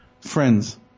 Friends